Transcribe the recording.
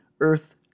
earth